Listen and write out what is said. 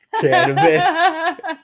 cannabis